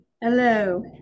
Hello